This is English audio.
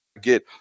get –